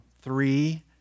three